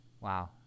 wow